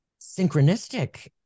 synchronistic